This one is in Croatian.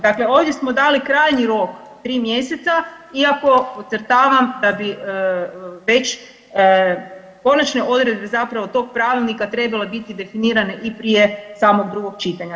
Dakle, ovdje smo dali krajnji rok tri mjeseca, iako podcrtavam da bi već konačne odredbe tog pravilnika trebale biti definirane i prije samog drugog čitanja.